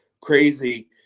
crazy